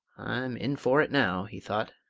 i'm in for it now, he thought,